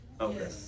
Okay